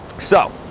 so,